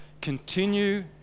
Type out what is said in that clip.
continue